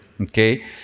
okay